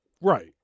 Right